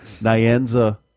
Nyanza